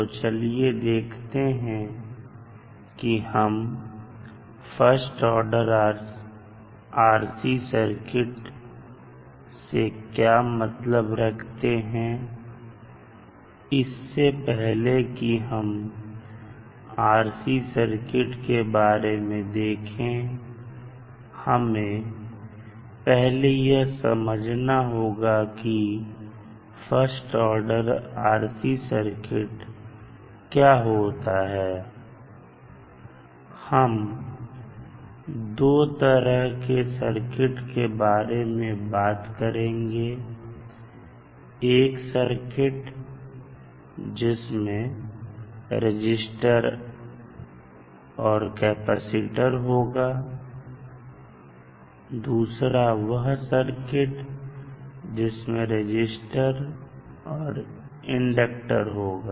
तो चलिए देखते हैं कि हम फर्स्ट ऑर्डर RC सर्किट से क्या मतलब रखते हैं इससे पहले कि हम RC सर्किट के बारे में देखें हमें पहले यह समझना होगा कि फर्स्ट ऑर्डर सर्किट क्या होता है हम दो तरह के सर्किट के बारे में बात करेंगे एक सर्किट जिसमें रजिस्टर और कैपेसिटर होगा दूसरा वह सर्किट जिसमें रजिस्टर और इंडक्टर होगा